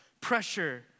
pressure